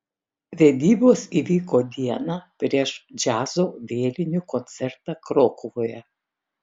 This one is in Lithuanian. vedybos įvyko dieną prieš džiazo vėlinių koncertą krokuvoje